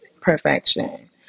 perfection